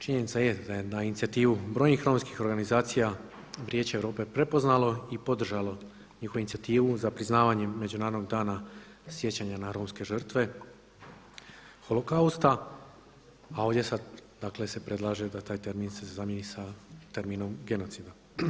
Činjenica je da je na inicijativu brojnih romskih organizacija Vijeće Europe prepoznalo i podržalo njihovu inicijativu za priznavanjem Međunarodnog dana sjećanja na romske žrtve holokausta, a ovdje se sada predlaže da se taj termin zamjeni sa terminom genocida.